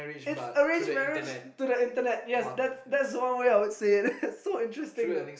it's arranged marriage to the Internet yes that's that's one way I would say it it's so interesting though